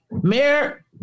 Mayor